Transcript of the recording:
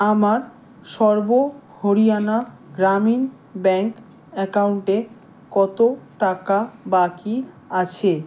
আমার সর্ব হরিয়ানা গ্রামীণ ব্যাঙ্ক অ্যাকাউন্টে কত টাকা বাকি আছে